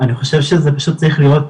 אני חושב שזה פשוט צריך להיות,